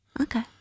Okay